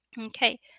Okay